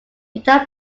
guitar